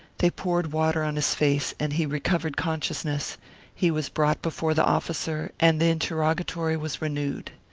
they poured water on his face and he recovered con sciousness he was brought before the officer and the interrogatory was renewed.